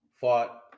fought